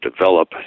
develop